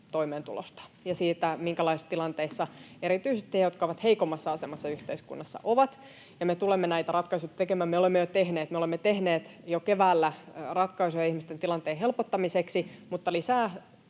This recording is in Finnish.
toimeentulosta ja siitä, minkälaisessa tilanteessa ovat erityisesti he, jotka ovat heikommassa asemassa yhteiskunnassa, ja me tulemme näitä ratkaisuja tekemään, ja me olemme jo tehneet. Me olemme tehneet jo keväällä ratkaisuja ihmisten tilanteen helpottamiseksi, mutta lisää